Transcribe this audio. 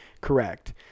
correct